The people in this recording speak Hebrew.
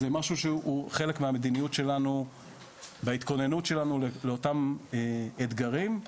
זה משהו שהוא חלק מהמדיניות שלנו בהתכוננות שלנו לאותם אתגרים.